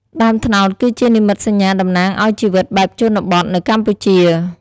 ដើមត្នោតគឺជានិមិត្តសញ្ញាតំណាងឱ្យជីវិតបែបជនបទនៅកម្ពុជា។